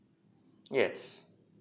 yes